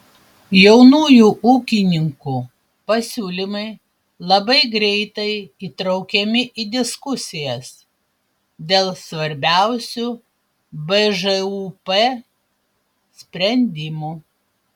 jaunųjų ūkininkų pasiūlymai labai greitai įtraukiami į diskusijas dėl svarbiausių bžūp sprendimų